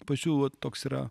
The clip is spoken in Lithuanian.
pačių vat toks yra